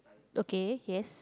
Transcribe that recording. okay yes